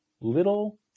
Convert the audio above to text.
little